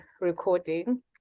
recording